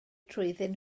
trwyddyn